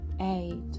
Eight